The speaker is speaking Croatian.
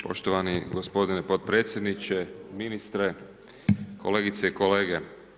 Poštovani gospodine podpredsjedniče, ministre, kolegice i kolege.